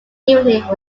evening